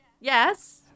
Yes